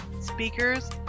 speakers